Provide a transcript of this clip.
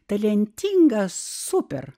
talentinga super